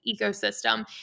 ecosystem